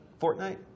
Fortnite